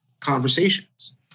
conversations